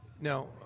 Now